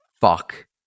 fuck